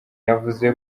yavuze